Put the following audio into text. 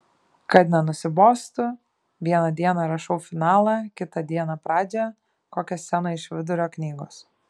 kad nenusibostų vieną dieną rašau finalą kitą dieną pradžią kokią sceną iš vidurio knygos